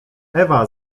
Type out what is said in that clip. ewa